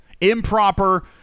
improper